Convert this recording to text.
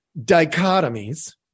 dichotomies